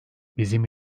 bizim